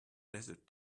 desert